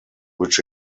which